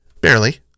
Barely